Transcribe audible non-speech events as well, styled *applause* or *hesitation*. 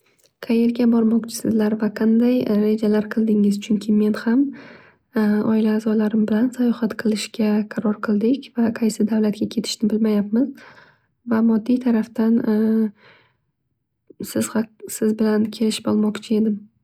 Qayerga bormoqchisizlar va qanday rejakar qildingiz? Chunki men ham *hesitation* oila azolarim bilan sayohat qilishga qaror qildik. Va qaysi davlatga ketishni bilmayabmiz va moddiy tarafdan *hesitation* siz haq- siz bilan kelishib olmoqchi edim.